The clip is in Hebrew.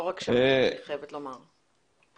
אני חייבת לומר שלא רק שם.